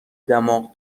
دماغ